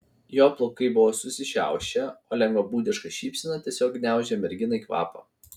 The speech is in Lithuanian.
jo plaukai buvo susišiaušę o lengvabūdiška šypsena tiesiog gniaužė merginai kvapą